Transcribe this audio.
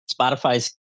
Spotify's